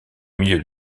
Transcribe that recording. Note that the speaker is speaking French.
milieu